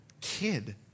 kid